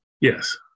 Yes